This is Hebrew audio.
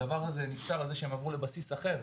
הדבר הזה נפתר בזה שהם עברו לבסיס אחר.